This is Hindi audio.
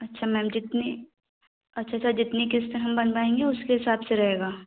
अच्छा मैम जितनी अच्छा अच्छा जितनी किस्त हम बनावाएंगे उसके हिसाब से रहेगा